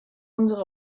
unsere